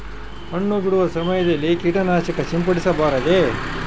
ಹಣ್ಣು ಬಿಡುವ ಸಮಯದಲ್ಲಿ ಕೇಟನಾಶಕ ಸಿಂಪಡಿಸಬಾರದೆ?